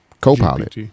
copilot